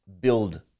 build